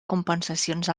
compensacions